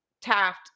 Taft